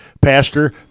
Pastor